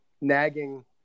nagging